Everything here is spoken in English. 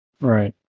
right